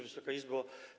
Wysoka Izbo!